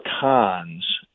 cons